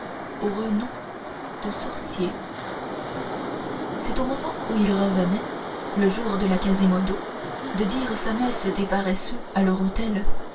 au renom de sorcier c'est au moment où il revenait le jour de la quasimodo de dire sa messe des paresseux à leur autel